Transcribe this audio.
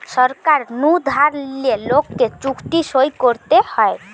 সরকার নু ধার লিলে লোককে চুক্তি সই করতে হয়